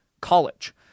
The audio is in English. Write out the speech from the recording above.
college